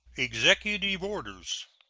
executive orders.